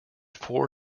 four